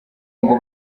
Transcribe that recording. ngo